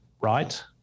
right